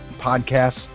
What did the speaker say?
podcasts